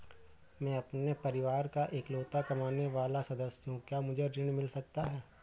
मैं अपने परिवार का इकलौता कमाने वाला सदस्य हूँ क्या मुझे ऋण मिल सकता है?